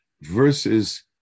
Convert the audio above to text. versus